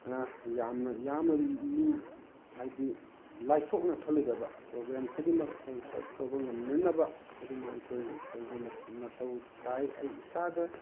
ꯌꯥꯝꯅ ꯌꯥꯝꯅ ꯂꯨ ꯍꯥꯏꯗꯤ ꯂꯥꯏꯊꯣꯛꯅ ꯈꯜꯂꯨꯗꯕ ꯄ꯭ꯔꯣꯕ꯭ꯂꯦꯝ ꯈꯨꯗꯤꯡꯃꯛ ꯑꯩꯈꯣꯏꯅ ꯁꯣꯜꯕ ꯇꯧꯕ ꯉꯝꯅꯅꯕ ꯈꯨꯗꯤꯡꯃꯛ ꯑꯩꯈꯣꯏꯅ ꯇꯧꯕ ꯃꯊꯧ ꯇꯥꯏ ꯑꯩ ꯏꯁꯥꯗ